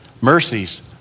mercies